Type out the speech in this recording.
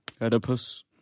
Oedipus